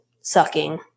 sucking